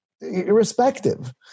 irrespective